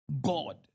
God